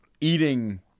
eating